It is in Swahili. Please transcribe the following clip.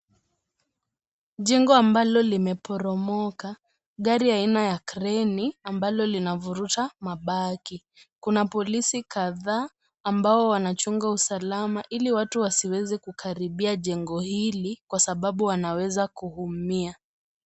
Jengo ambalo limeporomoka,, gari aina ya kreni ambalo linavuruta mabaki. Kuna polisi kadhaa ambao wanachunga usalama ili watu wasiweze kukaribia jengo hili kwa sababu wanaweza kuumia.